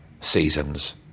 seasons